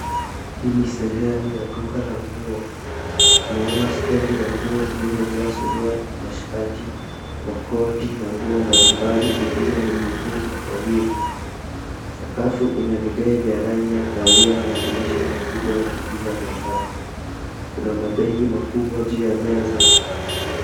Hii ni sehemu ya duka la nguo. Tuanaona stedi ya nguo zilizojaa suruali, mashati, makoti na nguo mbalimbali zilizoning'inizwa kwa wingi. Sakafu ina vigae vya rangi ya kahawia na madirisha makubwa yanaingiza mwangaza. Kuna mabegi makubwa juu ya meza.